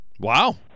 Wow